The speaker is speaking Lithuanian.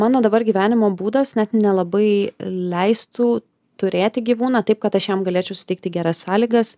mano dabar gyvenimo būdas net nelabai leistų turėti gyvūną taip kad aš jam galėčiau suteikti geras sąlygas